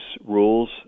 rules